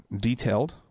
detailed